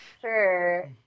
Sure